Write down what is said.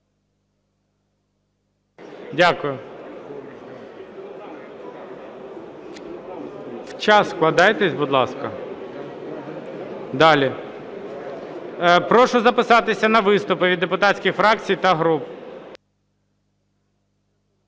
Дякую. В час вкладайтесь, будь ласка. Прошу записатися на виступи від депутатських фракцій та груп.